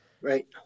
Right